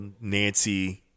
Nancy-